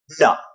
No